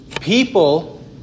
People